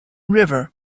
river